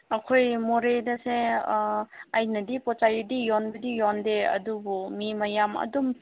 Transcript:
ꯑꯩꯈꯣꯏ ꯃꯣꯔꯦꯗꯁꯦ ꯑꯩꯅꯗꯤ ꯄꯣꯠ ꯆꯩꯗꯤ ꯌꯣꯟꯕꯗꯤ ꯌꯣꯟꯗꯦ ꯑꯗꯨꯕꯨ ꯃꯤ ꯃꯌꯥꯝ ꯑꯗꯨꯝ